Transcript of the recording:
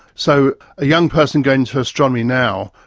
so a young person going into astronomy now,